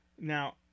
Now